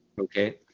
Okay